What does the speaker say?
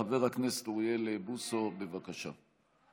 חבר הכנסת אוריאל בוסו, בבקשה.